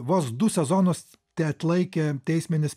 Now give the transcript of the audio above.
vos du sezonus teatlaikė teisminis